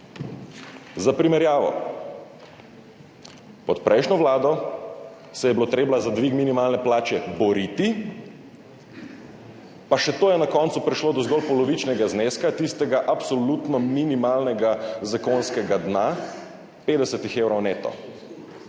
Za primerjavo, pod prejšnjo vlado se je bilo treba za dvig minimalne plače boriti, pa še to je na koncu prišlo do zgolj polovičnega zneska tistega absolutno minimalnega zakonskega dna –50 evrov neto